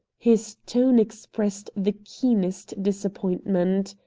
his tone expressed the keenest disappointment.